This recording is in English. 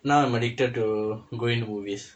now I'm addicted to going to movies